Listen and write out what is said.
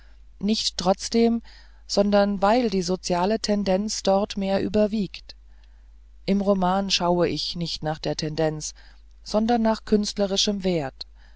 nicht trotzdem sondern weil die soziale tendenz dort mehr überwiegt im roman schaue ich nicht nach der tendenz sondern nach künstlerischem wert